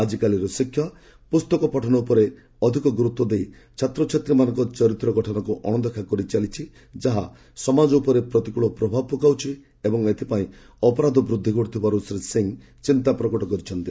ଆଜିକାଲି ଶିକ୍ଷା ପୁସ୍ତକ ପଠନ ଉପରେ ଅଧିକ ଗୁରୁତ୍ୱ ଦେଇ ଛାତ୍ରଛାତ୍ରୀମାନଙ୍କ ଚରିତ୍ର ଗଠନକୁ ଅଣଦେଖା କରିଚାଲିଛି ଯାହା ସମାଜ ଉପରେ ପ୍ରତିକ୍ୱଳ ପ୍ରଭାବ ପକାଉଛି ଏବଂ ଏଥିପାଇଁ ଅପରାଧ ବୃଦ୍ଧି ଘଟୁଥିବାରୁ ଶ୍ରୀ ସିଂ ଚିନ୍ତା ପ୍ରକଟ କରିଛନ୍ତି